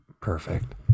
Perfect